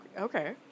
Okay